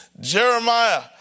Jeremiah